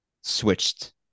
switched